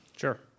sure